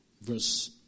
Verse